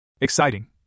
Exciting